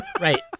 Right